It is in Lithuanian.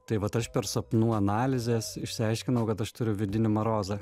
tai vat aš per sapnų analizes išsiaiškinau kad aš turiu vidinį marozą